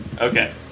Okay